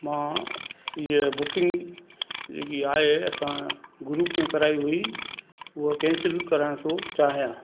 मां हीअ बुकिंग जेकी आहे असां ग्रुप में कराई हुई हूअ केंसिल करण थो चाहियां